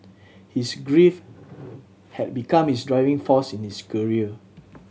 his grief had become his driving force in his career